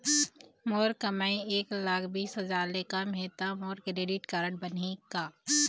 मोर कमाई एक लाख बीस हजार ले कम हे त मोर क्रेडिट कारड बनही का?